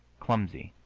clumsy,